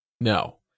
No